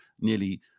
nearly